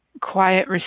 quiet